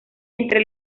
entre